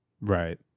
Right